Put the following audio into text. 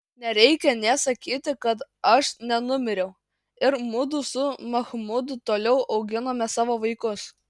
nereikia nė sakyti kad aš nenumiriau ir mudu su machmudu toliau auginome savo vaikus